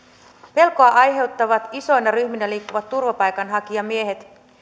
pelkoa aiheuttavat isoina ryhminä liikkuvat turvapaikanhakijamiehet